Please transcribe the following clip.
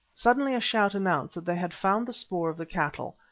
suddenly a shout announced that they had found the spoor of the cattle,